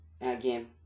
again